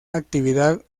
actividad